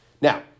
Now